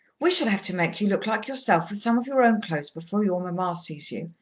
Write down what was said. we shall have to make you look like yourself, with some of your own clothes, before your mamma sees you,